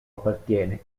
appartiene